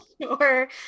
sure